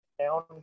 down